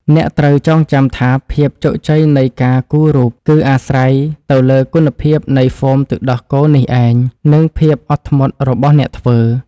អ្នកត្រូវចងចាំថាភាពជោគជ័យនៃការគូររូប គឺអាស្រ័យទៅលើគុណភាពនៃហ្វូមទឹកដោះគោនេះឯង និងភាពអត់ធ្មត់របស់អ្នកធ្វើ។